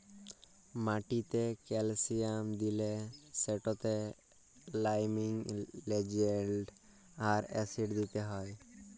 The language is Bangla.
মাটিতে ক্যালসিয়াম দিলে সেটতে লাইমিং এজেল্ট আর অ্যাসিড দিতে হ্যয়